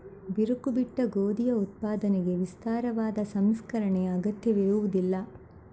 ಬಿರುಕು ಬಿಟ್ಟ ಗೋಧಿಯ ಉತ್ಪಾದನೆಗೆ ವಿಸ್ತಾರವಾದ ಸಂಸ್ಕರಣೆಯ ಅಗತ್ಯವಿರುವುದಿಲ್ಲ